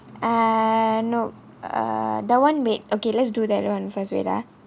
ah no err that one wait okay let's do that one first wait ah